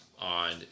on